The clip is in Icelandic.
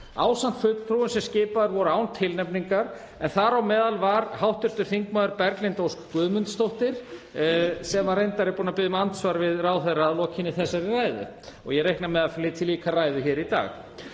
ásamt fulltrúum sem skipaðir voru án tilnefningar en þar á meðal var hv. þm. Berglind Ósk Guðmundsdóttir, sem reyndar er búin að biðja um andsvar við ráðherra að lokinni þessari ræðu og ég reikna með að flytji líka ræðu í dag.